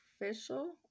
official